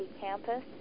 Campus